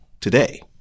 today